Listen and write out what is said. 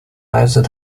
来自